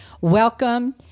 welcome